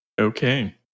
Okay